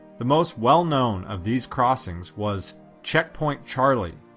the most well-known of these crossings was checkpoint charlie,